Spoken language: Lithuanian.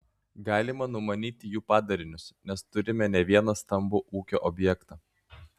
galima numanyti jų padarinius nes turime ne vieną stambų ūkio objektą